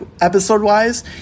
episode-wise